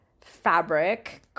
fabric